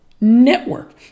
network